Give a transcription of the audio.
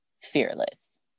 fearless